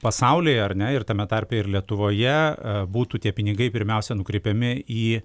pasaulyje ar ne ir tame tarpe ir lietuvoje būtų tie pinigai pirmiausia nukreipiami į